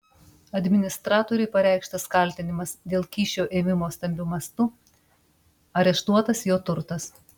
administratoriui pareikštas kaltinimas dėl kyšio ėmimo stambiu mastu areštuotas jo turtas